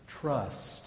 Trust